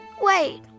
Wait